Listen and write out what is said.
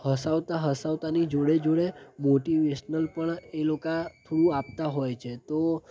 હસાવતા હસાવતાની જોડે જોડે મોટિવેશનલ પણ એ લોકા થ્રુ આપતાં હોય છે